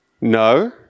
No